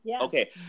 Okay